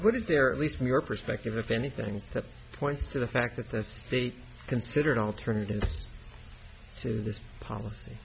what is there at least from your perspective if anything that points to the fact that this very considered alternative to this policy